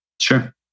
Sure